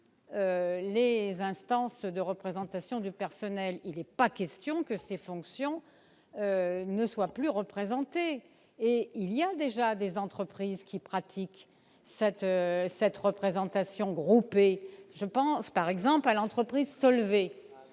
les instances de représentation du personnel. Il n'est pas question que ces fonctions ne soient plus représentées. Il y a déjà des entreprises qui pratiquent cette représentation groupée. Je pense, par exemple, à l'entreprise Solvay,